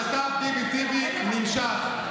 שת"פ ביבי-טיבי נמשך.